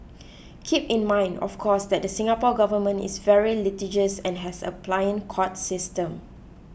keep in mind of course that the Singapore Government is very litigious and has a pliant court system